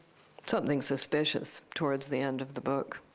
something suspicious towards the end of the book.